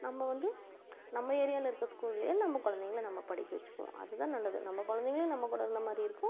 நம்ம வந்து நம்ம ஏரியாவில் இருக்கற ஸ்கூல்லேயே நம்ம குழந்தைங்கள நம்ம படிக்க வெச்சுக்குவோம் அதுதான் நல்லது நம்ம குழந்தைங்களும் நம்ம கூட இருந்த மாதிரி இருக்கும்